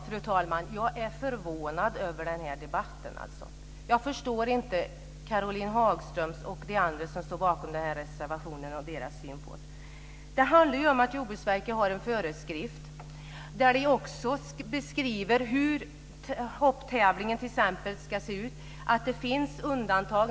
Fru talman! Jag är förvånad över den här debatten. Jag förstår inte Caroline Hagström och de andra som står bakom reservationen. Jag förstår inte deras syn. Det handlar ju om att Jordbruksverket har en föreskrift där man beskriver hur t.ex. hopptävlingar ska se ut och att det finns undantag.